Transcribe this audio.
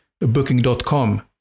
Booking.com